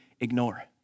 ignore